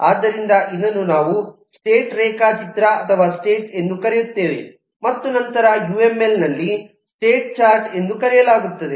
ಆದ್ದರಿಂದ ಇದನ್ನು ನಾವು ಸ್ಟೇಟ್ ರೇಖಾಚಿತ್ರ ಅಥವಾ ಸ್ಟೇಟ್ ಎಂದು ಕರೆಯುತ್ತೇವೆ ಮತ್ತು ನಂತರ ಇದನ್ನು ಯು ಎಂ ಎಲ್ ನಲ್ಲಿ ಸ್ಟೇಟ್ ಚಾರ್ಟ್ ಎಂದು ಕರೆಯಲಾಗುತ್ತದೆ